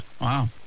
Wow